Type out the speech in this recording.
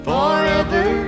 Forever